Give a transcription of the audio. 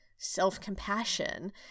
self-compassion